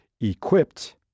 equipped